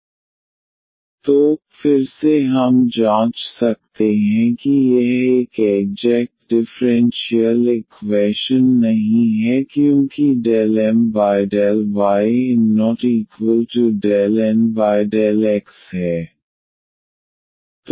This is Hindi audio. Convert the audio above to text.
yy21dxxy2 1dy0 तो फिर से हम जाँच सकते हैं कि यह एक एग्जेक्ट डिफ़्रेंशियल इक्वैशन नहीं है क्योंकि ∂M∂y∂N∂x है